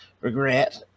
regret